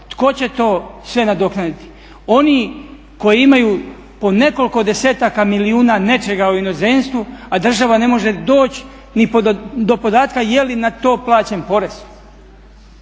Tko će to sve nadoknaditi? Oni koji imaju po nekoliko desetaka milijuna nečega u inozemstvu a država ne može doći ni do podatka je li na to plaćen porez.